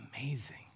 amazing